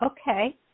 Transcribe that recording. Okay